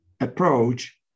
approach